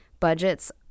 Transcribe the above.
Budgets